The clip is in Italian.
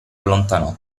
allontanò